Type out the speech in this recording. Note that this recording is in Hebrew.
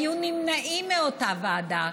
היו נמנעים מאותה ועדה.